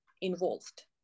involved